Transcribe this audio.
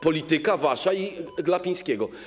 Polityka wasza i Glapińskiego.